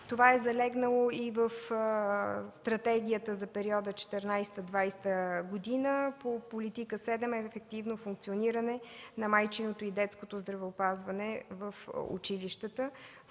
Това е залегнало и в Стратегията за периода 2014-2020 г. по Политика 7 „Ефективно функциониране на майчиното и детското здравеопазване в училищата”,